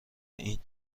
این